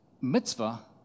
mitzvah